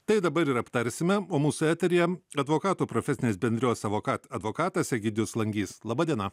tai dabar ir aptarsime o mūsų eteryje advokatų profesinės bendrijos avokad advokatas egidijus langys laba diena